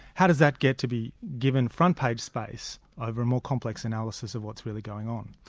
how does that get to be given front page space over a more complex analysis of what's really going on?